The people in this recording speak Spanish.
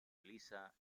eliza